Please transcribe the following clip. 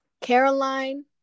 Caroline